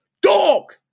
Dog